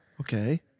Okay